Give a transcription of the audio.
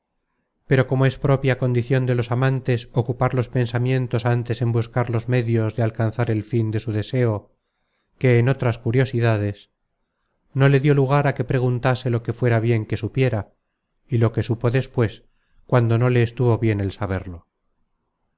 pero como es propia condicion de los amantes ocupar los pensamientos antes en buscar los medios de alcanzar el fin de su deseo que en otras curiosidades no le dió lugar á que preguntase lo que fuera bien que supiera y lo que supo despues cuando no le estuvo bien el saberlo